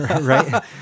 right